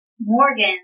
Morgan